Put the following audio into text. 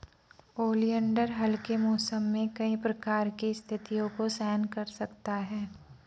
oleander हल्के मौसम में कई प्रकार की स्थितियों को सहन कर सकता है